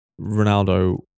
Ronaldo